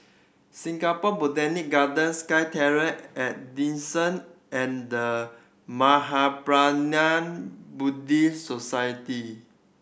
Singapore Botanic Gardens SkyTerrace at Dawson and The Mahaprajna Buddhist Society